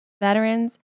veterans